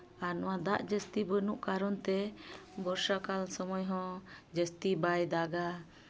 ᱟᱨ ᱱᱚᱣᱟ ᱫᱟᱜ ᱡᱟᱹᱥᱛᱤ ᱵᱟᱹᱱᱩᱜ ᱠᱟᱨᱚᱱ ᱛᱮ ᱵᱚᱨᱥᱟ ᱠᱟᱞ ᱥᱚᱢᱚᱭ ᱦᱚᱸ ᱡᱟᱹᱥᱛᱤ ᱵᱟᱭ ᱫᱟᱜᱟ